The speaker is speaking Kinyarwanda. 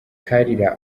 kalira